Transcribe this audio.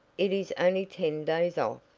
it is only ten days off.